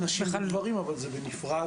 זה יש נשים וגברים אבל זה בנפרד.